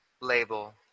label